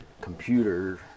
computer